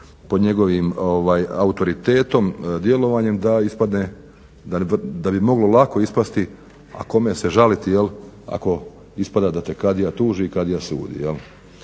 pod njegovim autoritetom, djelovanjem, da ispadne da bi moglo lako ispasti a kome se žaliti jel ako ispada da te kadija tuži i kadija sudi.